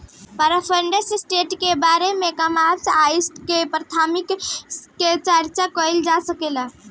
preferred stock के बारे में कॉमन स्टॉक से प्राथमिकता के चार्चा कईल जा सकेला